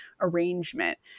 arrangement